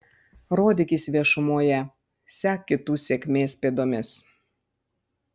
rodykis viešumoje sek kitų sėkmės pėdomis